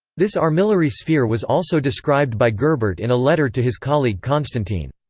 this armillary sphere was also described by gerbert in a letter to his colleague constantine.